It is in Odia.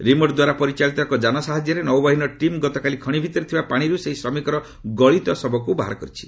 ରିମୋଟ୍ ଦ୍ୱାରା ପରିଚାଳିତ ଏକ ଯାନ ସାହାଯ୍ୟରେ ନୌବାହିନୀଟିମ୍ ଗତକାଲି ଖଣି ଭିତରେ ଥିବା ପାଣିଭିତରୁ ସେହି ଶ୍ରମିକର ଗଳିତ ଶବକୁ ବାହାର କରିଛି